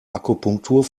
akupunktur